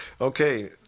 Okay